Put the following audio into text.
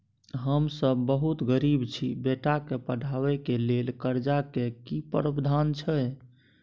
हम सब बहुत गरीब छी, बेटा के पढाबै के लेल कर्जा के की प्रावधान छै?